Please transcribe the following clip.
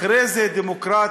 אחרי זה, דמוקרטיה,